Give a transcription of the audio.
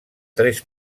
tres